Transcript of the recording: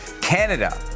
Canada